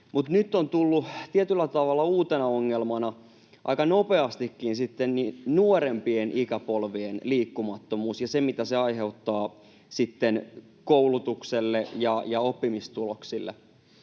nyt on tullut tietyllä tavalla uutena ongelmana aika nopeastikin nuorempien ikäpolvien liikkumattomuus ja se, mitä se aiheuttaa sitten koulutukselle ja oppimistuloksille.